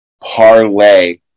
parlay